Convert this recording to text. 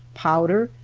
powder,